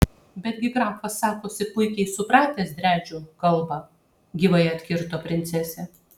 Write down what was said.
betgi grafas sakosi puikiai supratęs driadžių kalbą gyvai atkirto princesė